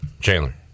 Chandler